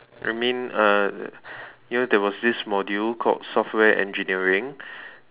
I mean uh you know there was this module called software engineering